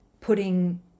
putting